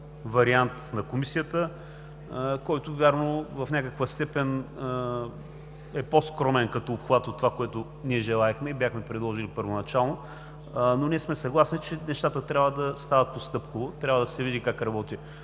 вариант на Комисията, който, вярно, в някаква степен е по-скромен като обхват от това, което ние желаехме и бяхме предложили първоначално, но ние сме съгласни, че нещата трябва да стават стъпка по стъпка, трябва да се види как работи